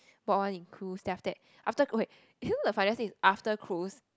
bought one in cruise then after that after okay you know the funniest thing is after cruise